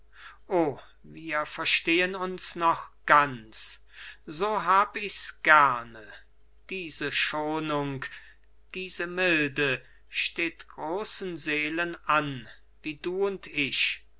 o wir verstehen uns noch ganz so hab ichs gerne diese schonung diese milde steht großen seelen an wie du und ich